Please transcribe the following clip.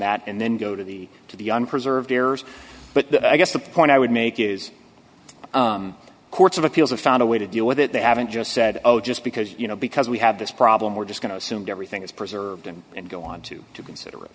that and then go to the to the on preserved errors but i guess the point i would make is courts of appeals have found a way to deal with it they haven't just said oh just because you know because we had this problem we're just going to assume everything is preserved and and go on to to consider